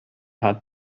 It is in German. hat